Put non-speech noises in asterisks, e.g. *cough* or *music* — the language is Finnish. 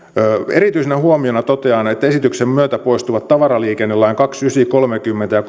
erityisenä huomiona totean että esityksen myötä poistuvat tavaraliikennelain pykälät kaksikymmentäyhdeksän kolmekymmentä ja *unintelligible*